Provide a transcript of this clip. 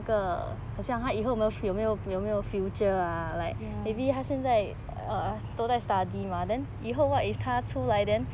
ya